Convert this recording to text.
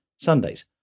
Sundays